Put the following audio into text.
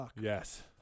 Yes